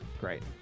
Great